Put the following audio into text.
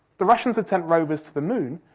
the russians had sent rovers to the moon,